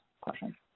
question